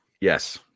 Yes